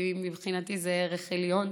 כי מבחינתי זה ערך עליון,